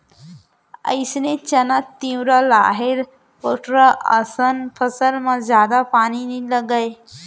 अइसने चना, तिंवरा, राहेर, बटूरा असन फसल म जादा पानी नइ लागय